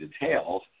details